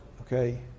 okay